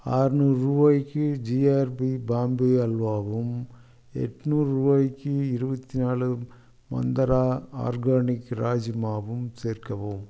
ஆறநூறு ரூபாய்க்கு ஜிஆர்பி பாம்பே அல்வாவும் எண்நூறு ரூபாய்க்கு இருபத்தி நாலு மந்த்ரா ஆர்கானிக் ராஜ்மாவும் சேர்க்கவும்